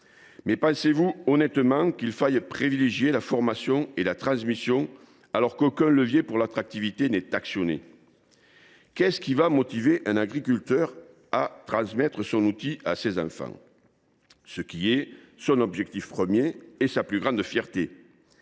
Mais pensez vous honnêtement qu’il faille privilégier la formation et la transmission alors qu’aucun levier pour l’attractivité n’est actionné ? Qu’est ce qui va motiver un agriculteur à transmettre son outil à ses enfants ? Il s’agit de son objectif premier et de sa plus grande fierté.